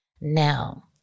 Now